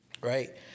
right